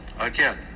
Again